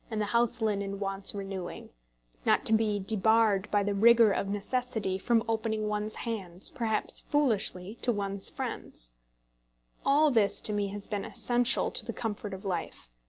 and the house linen wants renewing not to be debarred by the rigour of necessity from opening one's hands, perhaps foolishly, to one's friends all this to me has been essential to the comfort of life.